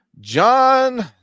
John